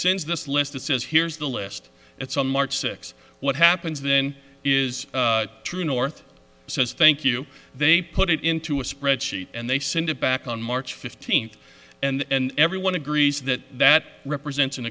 since this list a says here's the list it's on march six what happens then is true north says thank you they put it into a spreadsheet and they send it back on march fifteenth and everyone agrees that that represents